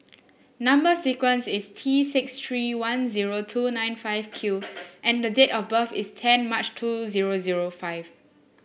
number sequence is T six three one zero two nine five Q and date of birth is ten March two zero zero five